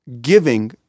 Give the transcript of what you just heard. giving